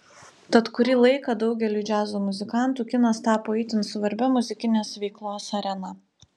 tad kurį laiką daugeliui džiazo muzikantų kinas tapo itin svarbia muzikinės veiklos arena